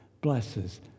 blesses